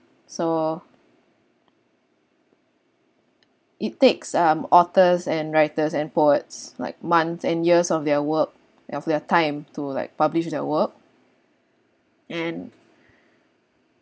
so it takes um authors and writers and poets like months and years of their work of their time to like publish their work and